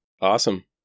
Awesome